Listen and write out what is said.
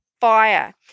fire